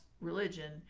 religion